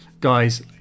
guys